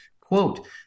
Quote